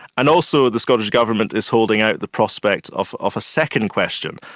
and also the scottish government is holding out the prospect of of a second question,